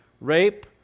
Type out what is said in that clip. rape